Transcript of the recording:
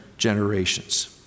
generations